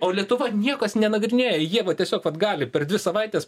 o lietuva niekas nenagrinėja jie va tiesiog vat gali per dvi savaites